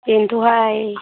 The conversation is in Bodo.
बेनोथ'हाय